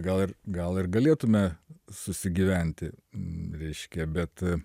gal gal ir galėtume susigyventi reiškia bet